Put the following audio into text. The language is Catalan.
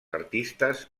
artistes